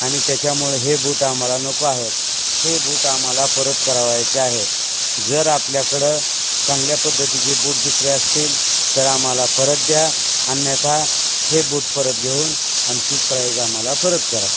आणि त्याच्यामुळे हे बूट आम्हाला नको आहेत हे बूट आम्हाला परत करावायचे आहेत जर आपल्याकडं चांगल्या पद्धतीचे बूट दुसरे असतील तर आम्हाला परत द्या अन्यथा हे बूट परत घेऊन आमची प्राईज आम्हाला परत करा